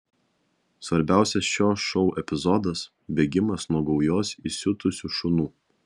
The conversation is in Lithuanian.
svarbiausias šio šou epizodas bėgimas nuo gaujos įsiutusių šunų